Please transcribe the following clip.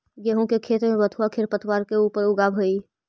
गेहूँ के खेत में बथुआ खेरपतवार के ऊपर उगआवऽ हई